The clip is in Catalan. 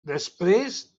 després